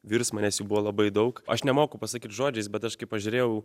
virsmą nes jų buvo labai daug aš nemoku pasakyt žodžiais bet aš kai pažiūrėjau